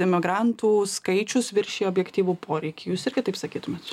imigrantų skaičius viršija objektyvų poreikį jūs irgi taip sakytumėt